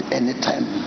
anytime